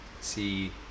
See